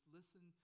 Listen